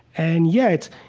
and, yet,